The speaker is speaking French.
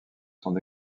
son